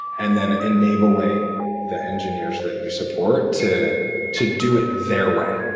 and then enabling the engineers that you support to to do it their way,